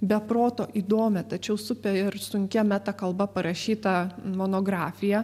be proto įdomią tačiau super siunkia metakalba parašytą monografiją